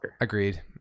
Agreed